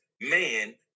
man